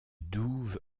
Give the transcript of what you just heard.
douves